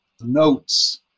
notes